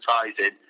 advertising